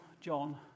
John